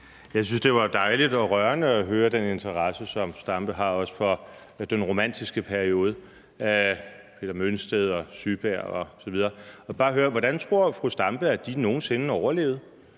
Jeg synes, det var dejligt og rørende at høre den interesse, som fru Zenia Stampe også har for den romantiske periode – med Peder Mønsted og Syberg osv. Jeg vil bare høre: Hvordan tror fru Zenia Stampe, at de nogen sinde overlevede?